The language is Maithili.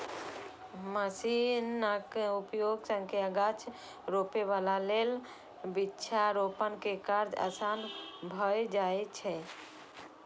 मशीनक उपयोग सं गाछ रोपै बला लेल वृक्षारोपण के काज आसान भए जाइ छै